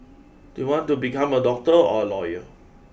do you want to become a doctor or a lawyer